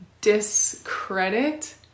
discredit